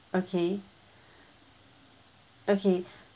okay okay